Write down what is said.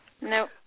No